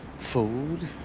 food.